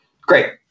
Great